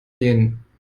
gehen